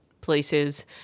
places